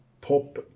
pop